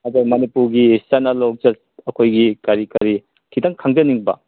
ꯑꯗꯣ ꯃꯅꯤꯄꯨꯔꯒꯤ ꯆꯠꯅ ꯂꯣꯟꯆꯠ ꯑꯩꯈꯣꯏꯒꯤ ꯀꯔꯤ ꯀꯔꯤ ꯈꯤꯇꯪ ꯈꯪꯖꯅꯤꯡꯕ